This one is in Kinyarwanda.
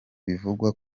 bivugwa